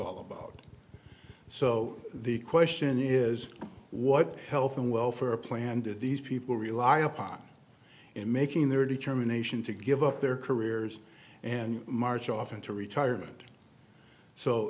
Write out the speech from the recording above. all about so the question is what health and welfare plan do these people rely upon in making their determination to give up their careers and march off into retirement so